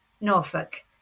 norfolk